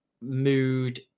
mood